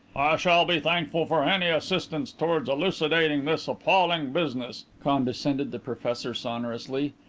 shall be thankful for any assistance towards elucidating this appalling business, condescended the professor sonorously.